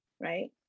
right